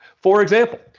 for example,